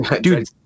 Dude